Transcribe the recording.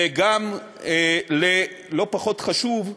וגם, לא פחות חשוב,